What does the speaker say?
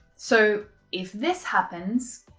so if this happens,